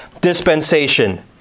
dispensation